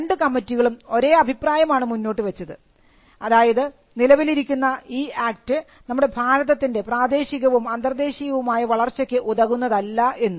രണ്ടു കമ്മിറ്റികളും ഒരേ അഭിപ്രായമാണ് മുന്നോട്ടുവച്ചത് അതായത് നിലവിലിരിക്കുന്ന ഈ ആക്ട് നമ്മുടെ ഭാരതത്തിൻറെ പ്രാദേശികവും അന്തർദേശീയവുമായ വളർച്ചയ്ക്ക് ഉതകുന്നതല്ല എന്ന്